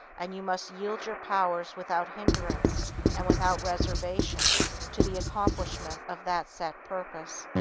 and you must yield your powers without hindrance and without reservation to the accomplishment of that set purpose.